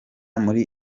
muri